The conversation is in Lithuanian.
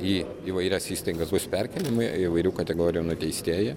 į įvairias įstaigas bus perkialiami įvairių kategorijų nuteistieji